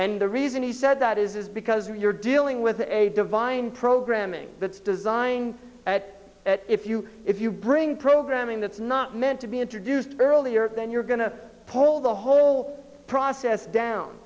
and the reason he said that is is because you're dealing with a divine programming that's designed at if you if you bring programming that's not meant to be introduced earlier then you're going to pull the whole process down